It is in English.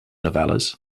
novellas